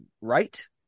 right